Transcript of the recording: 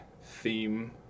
theme